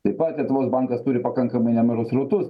taip pat lietuvos bankas turi pakankamai nemažus srautus